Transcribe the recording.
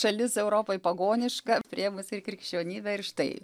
šalis europoj pagoniška priėmus ir krikščionybę ir štai